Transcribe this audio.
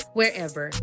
wherever